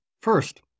First